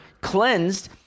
cleansed